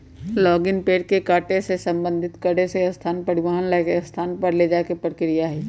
logging पेड़ के काटे से, संसाधित करे और परिवहन ला एक स्थान पर ले जाये के प्रक्रिया हई